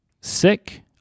sick